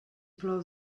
plou